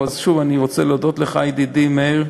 שוב אני רוצה להודות לך, ידידי מאיר,